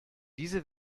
diese